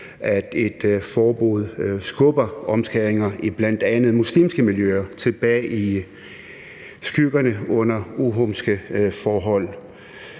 at et forbud skubber omskæringer i bl.a. muslimske miljøer tilbage i skyggen og under uhumske forhold,